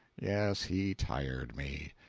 yes, he tired me.